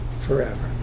forever